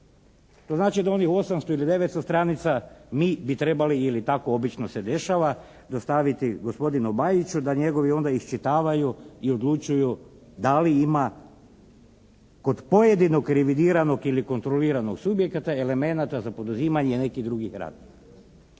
To znači da onih 800 ili 900 stranica mi bi trebali ili tako obično se dešava dostaviti gospodinu Bajiću da njegovi onda iščitavaju i odlučuju da li ima kod pojedinog revidiranog ili kontroliranog subjekata elemenata za poduzimanje nekih drugih radnji.